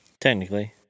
Technically